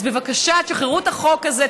אז בבקשה תשחררו את החוק הזה,